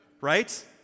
Right